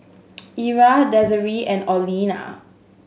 Ira Desiree and Olena